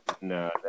No